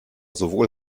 sowohl